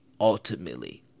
ultimately